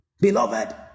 Beloved